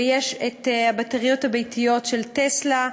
ויש הבטריות הביתיות של "טסלה",